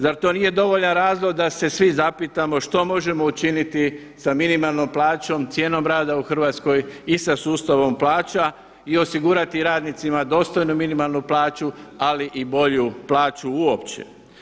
Zar to nije dovoljan razlog da se svi zapitamo što možemo učiniti sa minimalnom plaćom, cijenom rada u Hrvatskoj i sa sustavom plaća i osigurati radnicima dostojnu minimalnu plaću ali i bolju plaću uopće.